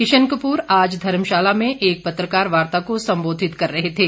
किशन कपूर आज धर्मशाला में एक पत्रकार वार्ता को संबोधित कर रहे थे